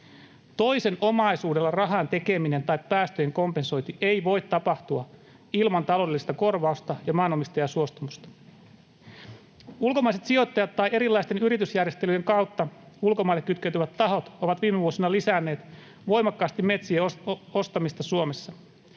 Toisen omaisuudella rahan tekeminen tai päästöjen kompensointi ei voi tapahtua ilman taloudellista korvausta ja maanomistajan suostumusta. Ulkomaiset sijoittajat tai erilaisten yritysjärjestelyjen kautta ulkomaille kytkeytyvät tahot ovat viime vuosina lisänneet voimakkaasti metsien ostamista Suomessa.